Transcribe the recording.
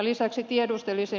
lisäksi tiedustelisin